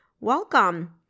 Welcome